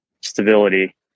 stability